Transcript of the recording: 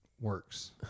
works